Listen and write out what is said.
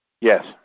Yes